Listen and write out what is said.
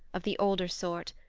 of the older sort,